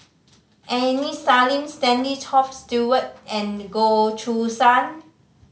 Aini Salim Stanley Toft Stewart and Goh Choo San